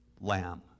lamb